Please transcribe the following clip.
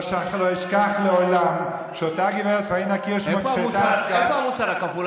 לא אשכח לעולם שאותה גברת פאינה קירשנבאום --- איפה המוסר הכפול?